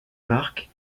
marques